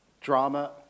drama